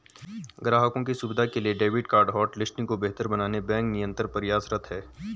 ग्राहकों की सुविधा के लिए डेबिट कार्ड होटलिस्टिंग को बेहतर बनाने बैंक निरंतर प्रयासरत है